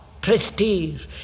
prestige